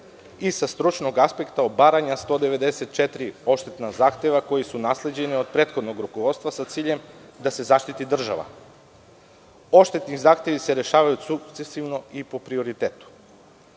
i sa stručnog aspekta obaranja 194 odštetna zahteva koji su nasleđeni od prethodnog rukovodstva, sa ciljem da se zaštiti država. Odštetni zahtevi se rešavaju sukcesivno i po prioritetu.